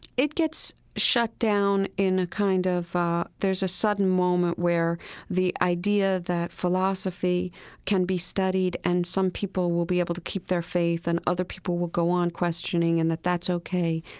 it gets shut down in a kind of there's a sudden moment where the idea that philosophy can be studied and some people will be able to keep their faith and other people will go on questioning, and that that's ok.